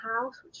house